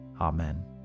Amen